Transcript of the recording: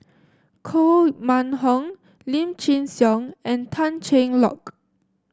Koh Mun Hong Lim Chin Siong and Tan Cheng Lock